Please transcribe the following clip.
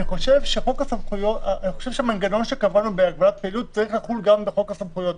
אני חושב שהמנגנון שקבענו בהגבלת פעילות צריך לחול גם בחוק הסמכויות.